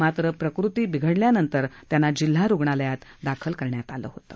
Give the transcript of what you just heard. मात्र प्रकृती बिघडल्यानं त्यांना जिल्हा रुग्णालयात दाखल करण्यात आलं होतं